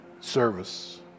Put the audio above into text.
service